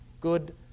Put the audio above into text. good